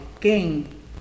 king